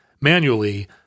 manually